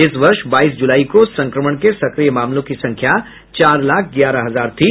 इस वर्ष बाईस ज़लाई को संक्रमण के सक्रिय मामलों की संख्या चार लाख ग्यारह हजार थी